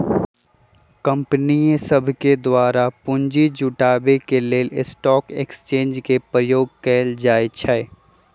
कंपनीय सभके द्वारा पूंजी जुटाबे के लेल स्टॉक एक्सचेंज के प्रयोग कएल जाइ छइ